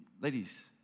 Ladies